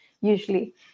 usually